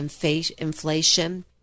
inflation